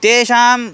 तेषां